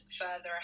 further